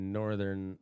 northern